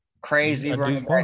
crazy